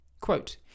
Quote